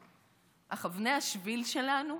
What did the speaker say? אך אבני השביל שלנו,